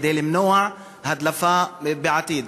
כדי למנוע הדלפה בעתיד.